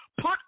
put